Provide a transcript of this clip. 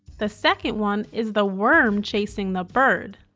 the second one is the worm chasing the bird.